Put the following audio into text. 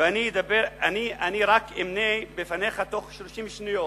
ואני רק אמנה בפניך תוך 30 שניות